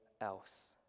else